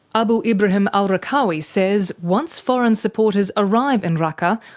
abu ibrahim al-raqqawi says once foreign supporters arrive in raqqa,